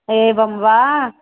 एवं वा